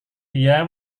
dia